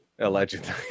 Allegedly